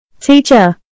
Teacher